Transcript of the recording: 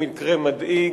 הוא מקרה מדאיג,